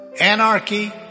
anarchy